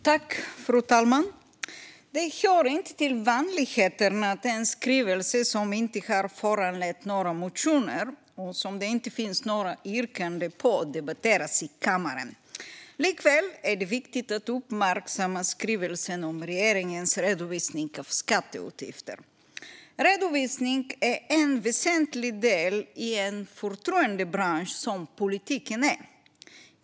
Fru talman! Det hör inte till vanligheterna att en skrivelse som inte har föranlett några motioner och som det inte finns några yrkanden om debatteras i kammaren. Likväl är det viktigt att uppmärksamma skrivelsen om regeringens redovisning av skatteutgifter. Redovisning är en väsentlig del i en förtroendebransch som politiken.